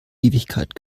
ewigkeit